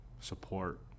support